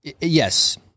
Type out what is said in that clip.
yes